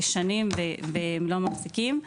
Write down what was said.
ושנים לא מפסיקים.